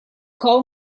call